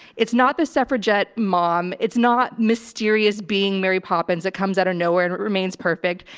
it's not the suffragette mom. it's not mysterious being mary poppins that comes out of nowhere and it remains perfect.